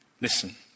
Listen